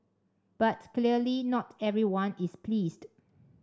but clearly not everyone is pleased